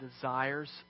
desires